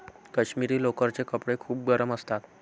काश्मिरी लोकरचे कपडे खूप गरम असतात